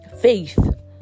faith